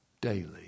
daily